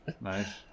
nice